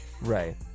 Right